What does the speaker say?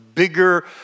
bigger